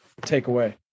takeaway